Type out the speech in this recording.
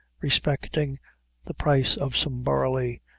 respecting the price of some barley,